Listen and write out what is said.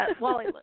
Wally